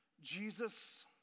Jesus